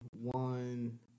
one